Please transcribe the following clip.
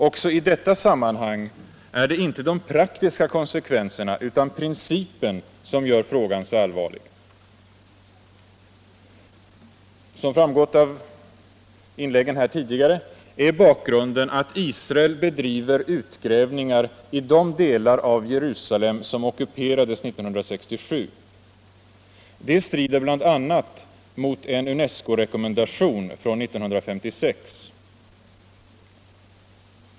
Också i detta sammanhang är det inte de praktiska konsekvenserna utan principen som gör frågan så allvarlig. Som framgått av inläggen här tidigare är bakgrunden att Israel bedriver utgrävningar i de delar av Jerusalem som ockuperades 1967. Det strider bl.a. mot en UNESCO rekommendation från 1956.